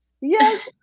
Yes